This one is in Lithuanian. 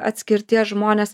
atskirties žmones